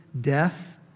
death